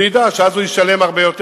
שידע שאז הוא ישלם הרבה יותר,